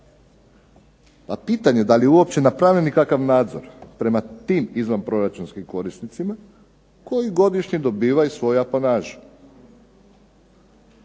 A pitanje da li je uopće napravljen ikakav nadzor prema tim izvanproračunskim korisnicima koji godišnje dobivaju svoju apanažu.